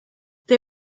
they